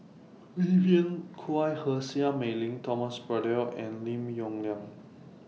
Vivien Quahe Seah Mei Lin Thomas Braddell and Lim Yong Liang